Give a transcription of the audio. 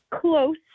close